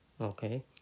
okay